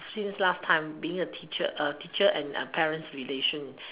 since last time being a teacher teacher and parents relation